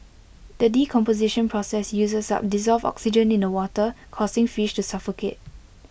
the decomposition process uses up dissolved oxygen in the water causing fish to suffocate